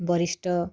ବରିଷ୍ଟ